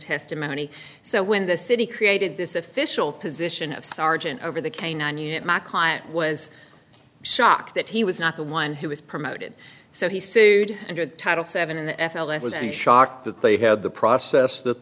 testimony so when the city created this official position of sergeant over the canine unit my client was shocked that he was not the one who was promoted so he sued under the title seven in the f l s and shocked that they had the process that